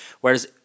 Whereas